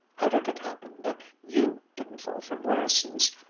how did it happen that you didn't fall for morrison's.